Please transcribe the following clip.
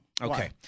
Okay